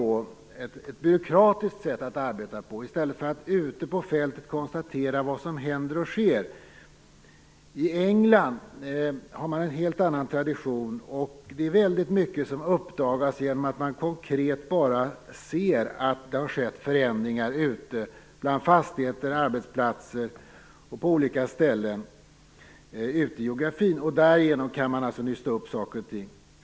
Vi arbetar på ett byråkratiskt sätt i stället för att konstatera vad som händer och sker ute på fältet. I England har man en helt annan tradition. Det är väldigt mycket som uppdagas genom att man konkret ser att det har skett förändringar ute i fastigheter, på arbetsplatser och på olika ställen ute i geografin. Därigenom kan man nysta upp saker och ting.